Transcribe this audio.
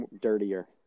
dirtier